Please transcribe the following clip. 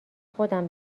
خودم